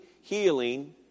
healing